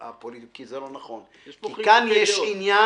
כי זה לא נכון, כי כאן יש עניין.